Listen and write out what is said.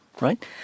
right